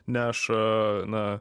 neša na